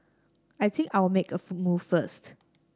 I think I'll make a move first